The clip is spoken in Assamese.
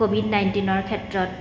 ক'ভিড নাইণ্টিনৰ ক্ষেত্ৰত